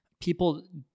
people